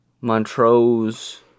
Montrose